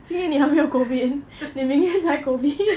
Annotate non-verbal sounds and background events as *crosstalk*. *laughs*